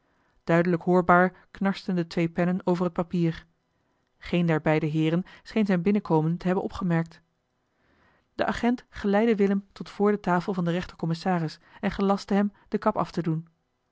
duidelijk hoorbaar knarsten de twee pennen over het papier geen der beide heeren scheen zijn binnenkomen te hebben opgemerkt de agent geleidde willem tot voor de tafel van den rechter-commissaris en gelastte hem de kap af te doen